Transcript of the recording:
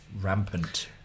Rampant